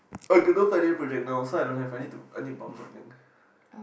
I cannot sign any project now so I don't have I need to I need to pump something